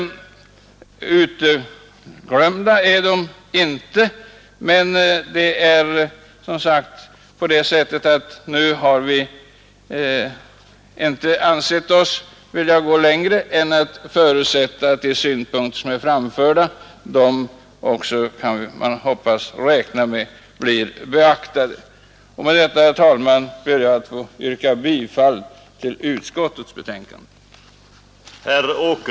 Filmarbetarna är alltså, som sagt, inte bortglömda, men vi har inte nu velat gå längre än till att förutsätta att de synpunkter som är framförda också skall bli beaktade. Med det anförda, herr talman, ber jag att få yrka bifall till utskottets betänkande.